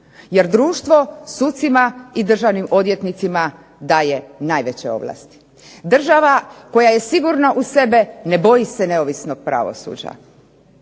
Jer društvo sucima i državnim odvjetnicima daje najveće ovlasti. Država koja je sigurna u sebe ne boji se neovisnog pravosuđa,